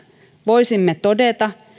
voisimme todeta